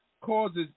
causes